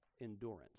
endurance